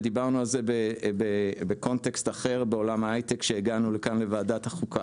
ודיברנו על זה בהקשר אחר בעולם ההייטק כשהגענו לכאן לוועדת החוקה.